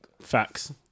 Facts